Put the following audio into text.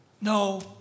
No